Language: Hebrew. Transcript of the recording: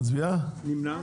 מי נמנע?